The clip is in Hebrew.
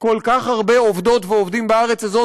כל כך הרבה עובדות ועובדים בארץ הזאת